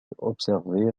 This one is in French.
observés